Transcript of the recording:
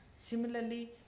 similarly